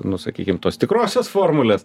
nu sakykim tos tikrosios formulės